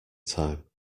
time